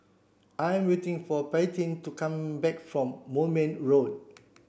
I'm waiting for Paityn to come back from Moulmein Road